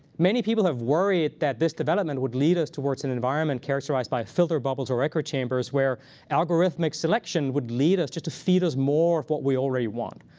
many people have worried that this development would lead us towards an environment characterized by filter bubbles or echo chambers where algorithmic selection would lead us just to feed us more of what we already want.